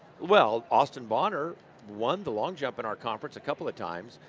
well, austin bahner won the long jump in our conference a couple of times,